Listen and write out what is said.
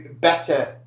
better